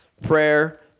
prayer